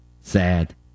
Sad